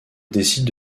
décide